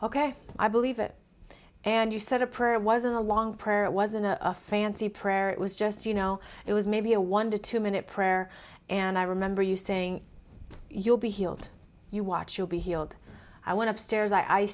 ok i believe it and you said a prayer it wasn't a long prayer it wasn't a fancy prayer it was just you know it was maybe a one to two minute prayer and i remember you saying you'll be healed you watch you'll be healed when upstairs i